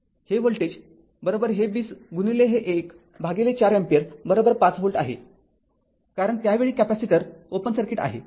हे व्होल्टेज हे २० गुणिले हे १ भागिले ४ अँपिअर ५ व्होल्ट आहे कारण त्यावेळी कॅपेसिटर ओपन सर्किट आहे